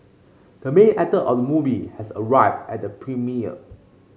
the main actor of the movie has arrived at the premiere